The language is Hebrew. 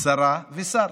שרה ושר.